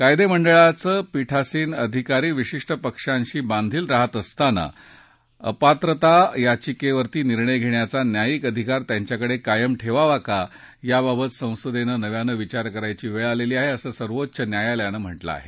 कायदेमंडळाचे पीठासन अधिकारी विशिष्ट पक्षाशी बांधील राहत असताना अपात्रता याविकेवर निर्णय घेण्याचा न्यायीक अधिकार त्यांच्याकडे कायम ठेवावा का याबाबत संसदेनं नव्यानं विचार करण्याची वेळ आली आहे असं सर्वोच्च न्यायालयानं म्हटलं आहे